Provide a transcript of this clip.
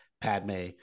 Padme